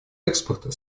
экспорта